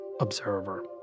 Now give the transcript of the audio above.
observer